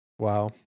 Wow